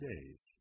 days